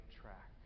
track